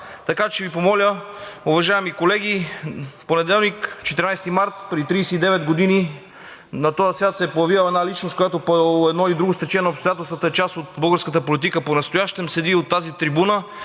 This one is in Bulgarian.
г., ще Ви помоля, уважаеми колеги, в понеделник – 14 март 2022 г., преди 39 години на този свят се е появила една личност, която по едно или друго стечение на обстоятелствата е част от българската политика понастоящем, седи от тази трибуна